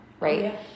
right